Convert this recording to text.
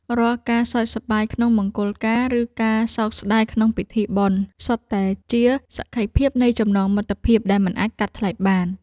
រាល់ការសើចសប្បាយក្នុងមង្គលការ ឬការសោកស្តាយក្នុងពិធីបុណ្យ សុទ្ធតែជាសក្ខីភាពនៃចំណងមិត្តភាពដែលមិនអាចកាត់ថ្លៃបាន។